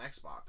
Xbox